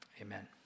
amen